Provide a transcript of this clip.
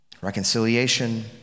reconciliation